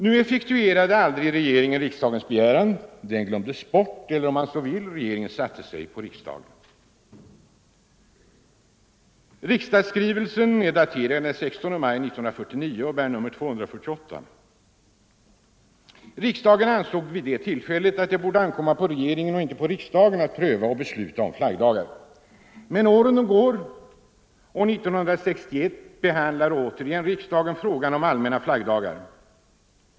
Nu effektuerade aldrig regeringen riksdagens begäran. Den glömdes bort eller, om man så vill, regeringen satte sig på riksdagen. Riksdagsskrivelsen är daterad den 16 maj 1949 och bär nr 248. Riksdagen ansåg vid det tillfället att det borde ankomma på regeringen och inte på riksdagen att pröva och besluta om flaggdagar. Åren går och 1961 behandlar återigen riksdagen frågan om allmänna flaggdagar.